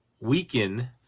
weaken